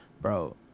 Bro